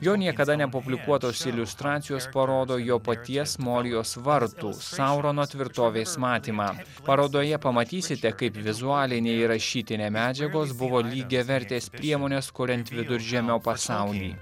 jo niekada nepublikuotos iliustracijos parodo jo paties morijos vartų saurono tvirtovės matymą parodoje pamatysite kaip vizualinė ir rašytinė medžiagos buvo lygiavertės priemonės kuriant viduržemio pasaulį